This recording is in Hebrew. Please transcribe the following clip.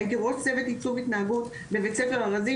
הייתי ראש צוות עיצוב התנהגות בבית ספר ארזים